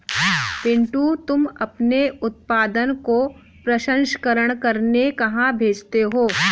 पिंटू तुम अपने उत्पादन को प्रसंस्करण करने कहां भेजते हो?